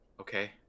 Okay